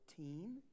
14